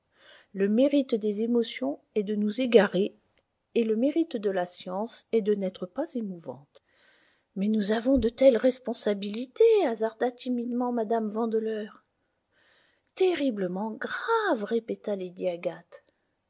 le mérite des émotions est de nous égarer et le mérite de la science est de n'être pas émouvante mais nous avons de telles responsabilités hasarda timidement mme vandeleur terriblement graves répéta lady